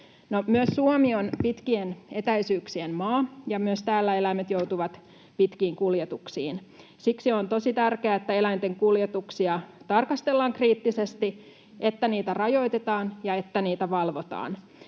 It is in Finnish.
Myös Suomi on pitkien etäisyyksien maa, ja myös täällä eläimet joutuvat pitkiin kuljetuksiin. Siksi on tosi tärkeää, että eläinten kuljetuksia tarkastellaan kriittisesti, että niitä rajoitetaan ja että niitä valvotaan.